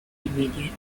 immediate